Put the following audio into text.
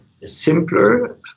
simpler